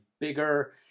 bigger